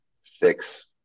six